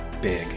big